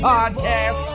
Podcast